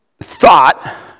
thought